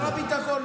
שר הביטחון,